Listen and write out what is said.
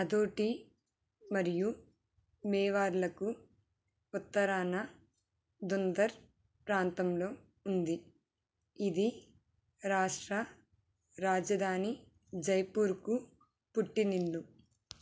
హదోటి మరియు మేవార్లకు ఉత్తరాన ధుంధర్ ప్రాంతంలో ఉంది ఇది రాష్ట్ర రాజధాని జైపూర్కు పుట్టినిల్లు